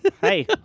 Hey